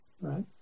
right